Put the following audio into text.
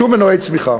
שום מנועי צמיחה.